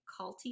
culty